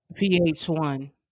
VH1